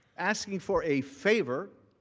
asking for a favor,